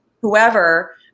whoever